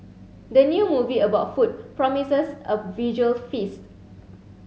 the new movie about food promises a visual feast